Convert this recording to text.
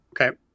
okay